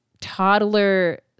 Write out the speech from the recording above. toddler